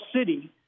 city